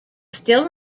still